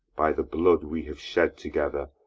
by the blood we have shed together,